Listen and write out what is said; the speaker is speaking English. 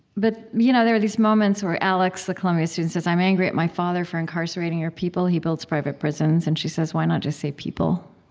but you know there are these moments where alex, the columbia student, says, i'm angry at my father for incarcerating your people. he builds private prisons. and she says, why not just say people?